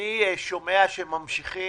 אני שומע שמתכוונים